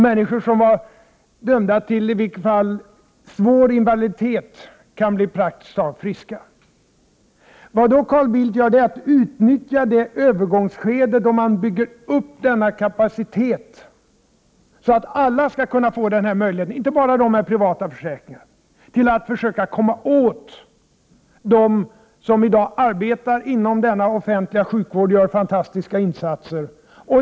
Människor som tidigare var dömda till svår invaliditet kan nu bli praktiskt taget friska. Carl Bildt utnyttjar det övergångsskede då man bygger upp denna kapacitet — för att alla skall kunna få den här möjligheten, inte bara de som har privata försäkringar — till att försöka komma åt dem som i dag arbetar inom den offentliga sjukvården och som gör fantastiska insatser.